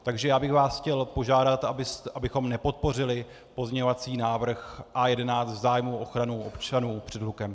Takže bych vás chtěl požádat, abychom nepodpořili pozměňovací návrh A11 v zájmu ochrany občanů před hlukem.